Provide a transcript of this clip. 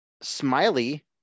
smiley